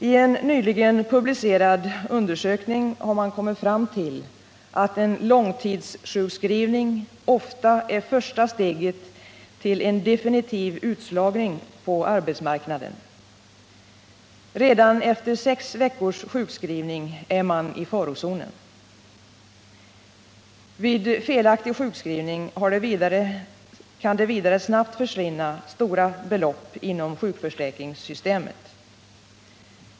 I en nyligen publicerad undersökning har man kommit fram till att en långtidssjukskrivning ofta är första steget till en definitiv utslagning på arbetsmarknaden. Redan efter sex veckors sjukskrivning är man i farozonen. Vid felaktig sjukskrivning kan det vidare snabbt försvinna stora belopp inom sjukförsäkringssystemet.